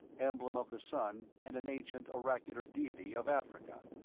emblem of the sun and an ancient oracular deity of africa.